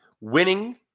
winning